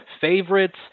favorites